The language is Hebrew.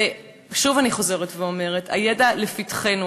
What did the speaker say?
ושוב אני חוזרת ואומרת: הידע לפתחנו.